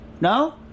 No